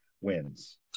wins